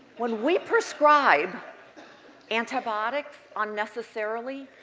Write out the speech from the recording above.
when we prescribe antibiotics unnecessarily,